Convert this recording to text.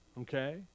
Okay